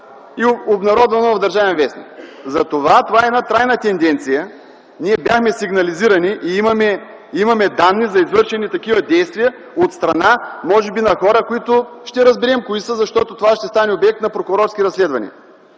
е обнародвано в „Държавен вестник”. Затова това е една трайна тенденция. Ние бяхме сигнализирани и имаме данни за извършени такива действия от страна може би на хора, които ще разберем кои са, защото това ще стане обект на прокурорски разследвания.